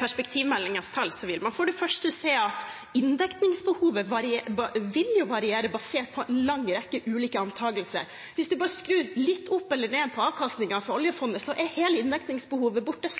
perspektivmeldingens tall, vil man for det første se at inndekningsbehovet vil variere, basert på en lang rekke ulike antakelser. Hvis man bare skrur litt opp eller ned på avkastningen fra oljefondet, er hele inndekningsbehovet borte